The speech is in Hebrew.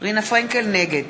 נגד